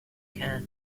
care